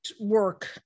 work